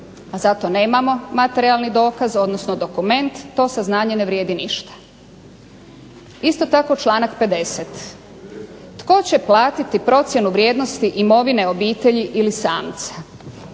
a za to nema materijalni dokaz odnosno dokument to saznanje ne vrijedi ništa. Isto tako članak 50. tko će platiti procjenu vrijednosti imovine obitelji ili samca?